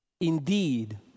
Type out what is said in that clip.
Indeed